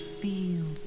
feel